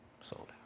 Sold